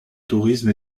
tourisme